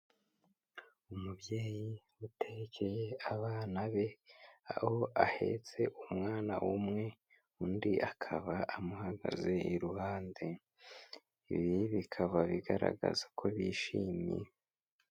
Umubyeyi utekeye abana be, aho ahetse umwana umwe, undi akaba amuhagaze iruhande, ibi bikaba bigaragaza ko bishimye.